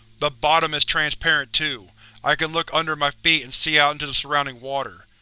the bottom is transparent, too i can look under my feet and see out into the surrounding water,